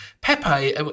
Pepe